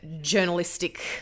journalistic